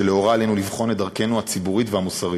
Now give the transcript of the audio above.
ולאורה עלינו לבחון את דרכנו הציבורית והמוסרית,